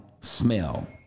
smell